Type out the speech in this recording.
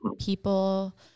people